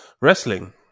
wrestling